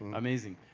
amazing.